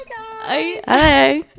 Hi